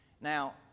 Now